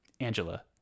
Angela